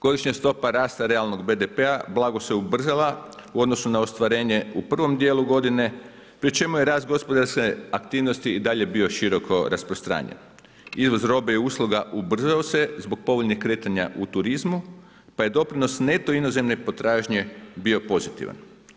Godišnja stopa rasta realnog BDP-a blago se ubrzala u odnosu na ostvarenje u prvom djelu godine pri čemu je rast gospodarske aktivnosti i dalje bio široko rasprostranjen i uz robe i usluga ubrzao se zbog povoljnih kretanja u turizmu, pa je doprinos neto inozemne potražnje bio pozitivan.